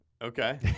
Okay